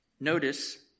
Notice